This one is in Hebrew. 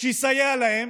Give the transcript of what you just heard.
שיסייע להם,